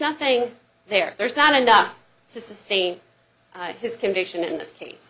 nothing there there's not enough to sustain i his conviction in this case